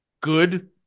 good